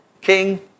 King